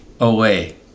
Away